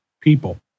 people